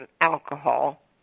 alcohol